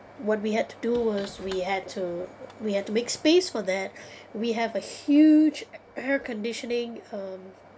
what we had to do was we had to we had to make space for that we have a huge air conditioning um